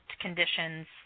conditions